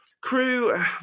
Crew